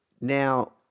Now